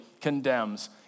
condemns